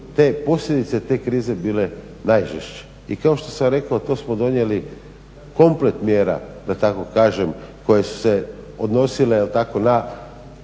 te posljedice te krize bile najžešće. I kao što sam rekao to smo donijeli komplet mjera, da tako kažem, koje su se odnosile, jel tako, na